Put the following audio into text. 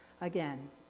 again